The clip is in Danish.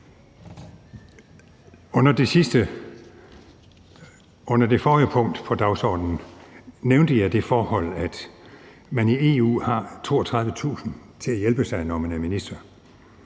Under det forrige punkt på dagsordenen nævnte jeg det forhold, at man i EU har 32.000 til at hjælpe sig, når man er minister,